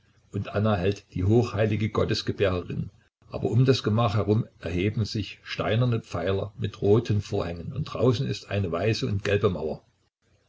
und anna hält die hochheilige gottesgebärerin aber um das gemach herum erheben sich steinerne pfeiler mit roten vorhängen und draußen ist eine weiße und gelbe mauer